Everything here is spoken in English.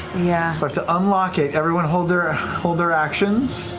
yeah have to unlock it. everyone hold their ah hold their actions,